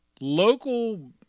local